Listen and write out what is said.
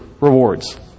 rewards